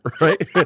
right